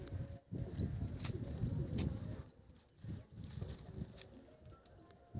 बीमार रेशम कीट कें हटा दै सं नोकसान कें किछु हद धरि कम कैल जा सकै छै